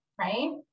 right